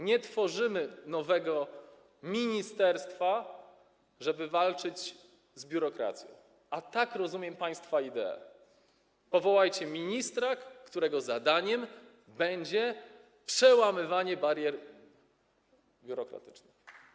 Nie tworzymy nowego ministerstwa, żeby walczyć z biurokracją, a tak rozumiem państwa ideę: powołajcie ministra, którego zadaniem będzie przełamywanie barier biurokratycznych.